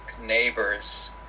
neighbors